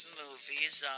movies